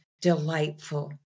delightful